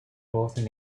both